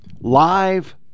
Live